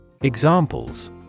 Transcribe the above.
Examples